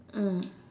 mm